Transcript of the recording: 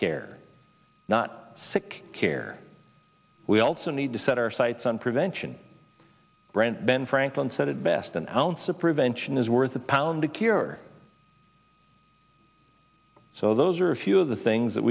care not sick care we also need to set our sights on prevention brant ben franklin said it best an ounce of prevention is worth a pound of cure so those are a few of the things that